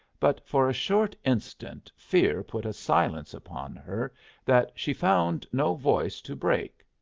but for a short instant fear put a silence upon her that she found no voice to break.